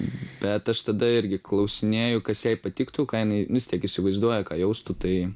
bet aš tada irgi klausinėju kas jai patiktų ką jinai nu vis teik įsivaizduoja ką jaustų tai